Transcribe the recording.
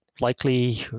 likely